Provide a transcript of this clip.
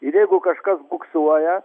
ir jeigu kažkas buksuoja